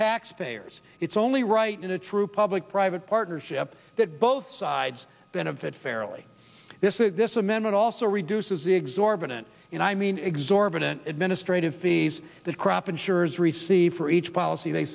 tax payers it's only right in a true public private partnership that both sides benefit fairly this is this amendment also reduces the exorbitant and i mean exorbitant administrative fees that crop insurers receive for each policy they